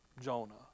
Jonah